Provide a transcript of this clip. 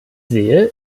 sehe